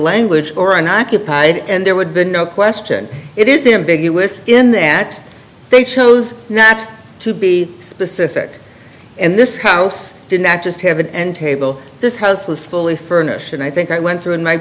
language or an occupied and there would be no question it is in big us in that they chose not to be specific and this house did not just have an end table this house was fully furnished and i think i went through